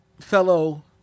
fellow